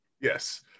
Yes